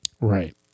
Right